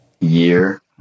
year